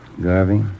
Garvey